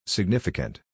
Significant